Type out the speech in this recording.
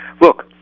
Look